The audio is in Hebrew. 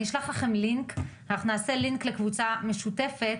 אני אשלח לכם לינק לקבוצה משותפת